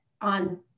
on